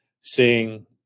seeing